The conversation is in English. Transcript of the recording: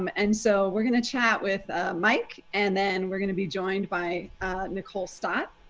um and so we're going to chat with mike and then we're gonna be joined by nicole stott,